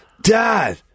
Dad